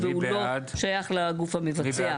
והוא לא שייך לגוף המבצע.